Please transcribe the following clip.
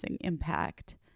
impact